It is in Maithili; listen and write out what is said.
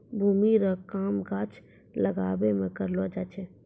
भूमि रो काम गाछ लागाबै मे करलो जाय छै